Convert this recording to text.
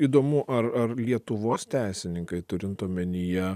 įdomu ar ar lietuvos teisininkai turint omenyje